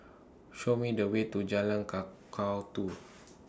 Show Me The Way to Jalan Kakatua